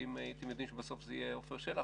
שאם הייתם יודעים שבסוף זה יהיה עפר שלח